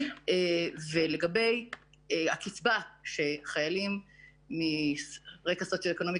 לגבי הקצבה שחיילים מרקע סוציו-אקונומי